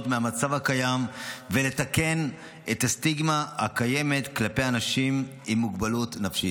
מהמצב הקיים ולתקן את הסטיגמה הקיימת כלפי אנשים עם מוגבלות נפשית.